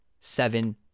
seven